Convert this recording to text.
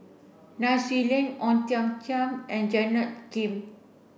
Nai Swee Leng Ong Tiong Khiam and Janet Lim